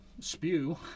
spew